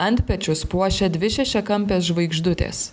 antpečius puošia dvi šešiakampės žvaigždutės